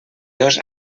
dos